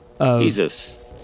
Jesus